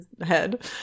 head